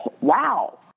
wow